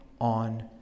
on